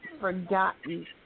forgotten